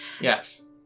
Yes